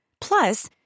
Plus